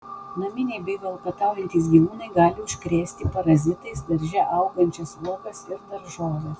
naminiai bei valkataujantys gyvūnai gali užkrėsti parazitais darže augančias uogas ir daržoves